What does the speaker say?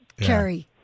carry